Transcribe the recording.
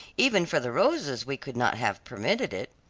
even for the rosas we could not have permitted it.